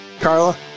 Carla